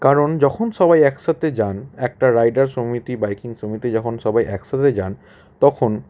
কারণ যখন সবাই এক সাথে যান একটা রাইডার সমিতি বাইকিং সমিতি যখন সবাই এক সাথে যান তখন